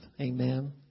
Amen